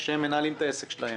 כאשר הם מנהלים את העסק שלהם.